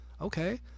Okay